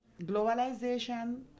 Globalization